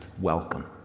welcome